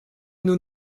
nous